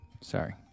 Sorry